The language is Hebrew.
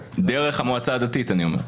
דרך המועצה הדתית אני אומר.